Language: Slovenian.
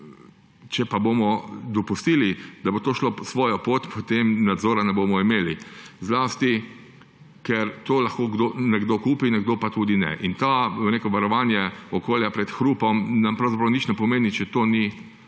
Če pa bomo dopustili, da bo to šlo svojo pot, potem nadzora ne bomo imeli, zlasti ker to lahko nekdo kupi, nekdo pa tudi ne. To neko varovanje okolja pred hrupom nam pravzaprav nič ne pomeni, če to ni